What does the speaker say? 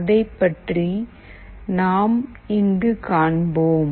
அதைப்பற்றி நாம் இங்கு காண்போம்